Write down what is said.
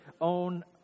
own